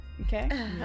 okay